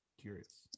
Curious